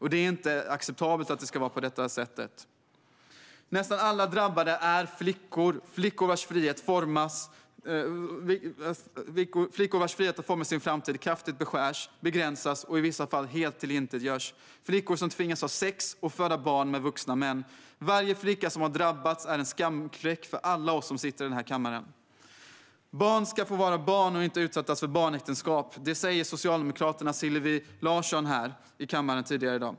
Det är inte acceptabelt att det ska vara på detta sätt. Nästan alla drabbade är flickor. Det är flickor vars frihet att forma sin framtid kraftigt beskärs, begränsas och i vissa fall helt tillintetgörs. Det är flickor som tvingas ha sex med vuxna män och föda barn. Varje flicka som har drabbats är en skamfläck för alla oss som sitter i denna kammare. Barn ska få vara barn och inte utsättas för barnäktenskap - det sa Socialdemokraternas Hillevi Larsson i kammaren tidigare i dag.